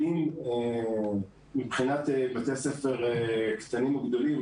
זה אמנם בסוגריים,